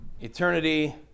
eternity